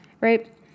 Right